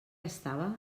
estava